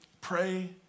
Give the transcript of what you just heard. Pray